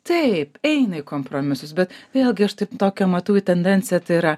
taip eina į kompromisus bet vėlgi aš taip tokią matau tendenciją tai yra